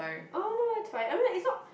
orh no it's fine I mean like it's not